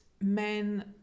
men